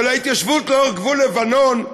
של ההתיישבות לאורך גבול לבנון,